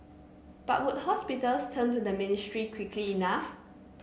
but would hospitals turn to the ministry quickly enough